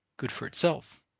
good for itself.